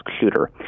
shooter